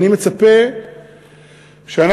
אני מצפה שאנחנו,